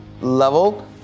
level